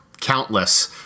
Countless